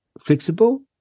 Flexible